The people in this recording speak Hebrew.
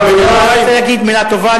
אני רוצה להגיד מלה טובה,